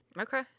Okay